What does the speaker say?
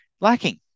lacking